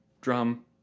Drum